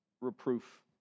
reproof